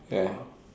ya